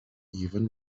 even